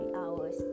hours